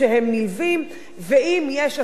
ואם יש אפליה על הרקע הזה,